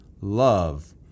love